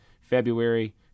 February